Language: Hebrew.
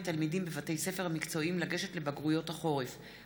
התשע"ח 2018,